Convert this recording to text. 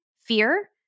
fear